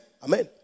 Amen